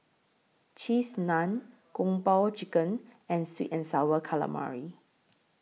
Cheese Naan Kung Po Chicken and Sweet and Sour Calamari